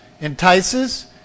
entices